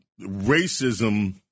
racism